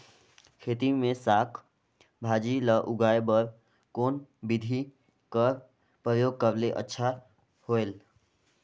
खेती मे साक भाजी ल उगाय बर कोन बिधी कर प्रयोग करले अच्छा होयल?